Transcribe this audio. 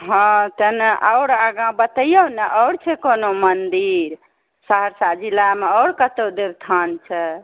हँ तेँ ने आओर आगाँ बतैऔ ने आओर छै कोनो मन्दिर सहरसा जिलामे आओर कतऽ देवस्थान छै